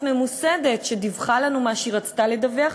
ממוסדת שדיווחה לנו מה שהיא רצתה לדווח.